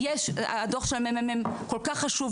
הדו"ח של הממ"מ כל כך חשוב,